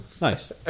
Nice